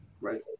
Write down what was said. Right